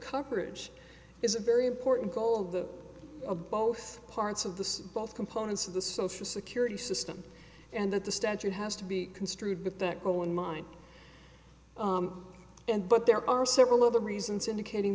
coverage is a very important goal of the a both parts of the both components of the social security system and that the statute has to be construed with that goal in mind and but there are several other reasons indicating